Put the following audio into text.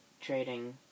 trading